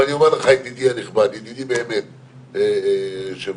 אבל אני אומר לך ידידי הנכבד, אדוני היושב-ראש,